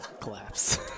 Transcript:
collapse